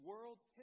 world